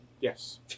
Yes